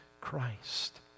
Christ